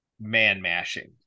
man-mashing